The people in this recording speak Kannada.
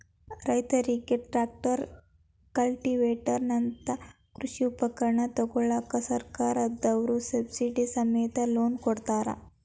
ರೈತರಿಗೆ ಟ್ರ್ಯಾಕ್ಟರ್, ಕಲ್ಟಿವೆಟರ್ ನಂತ ಕೃಷಿ ಉಪಕರಣ ತೊಗೋಳಾಕ ಸರ್ಕಾರದವ್ರು ಸಬ್ಸಿಡಿ ಸಮೇತ ಲೋನ್ ಕೊಡ್ತಾರ